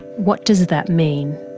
what does that mean?